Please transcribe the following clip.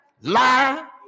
lie